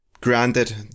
Granted